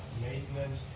maintenance,